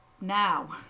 Now